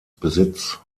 besitz